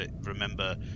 Remember